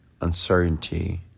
uncertainty